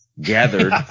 gathered